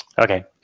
Okay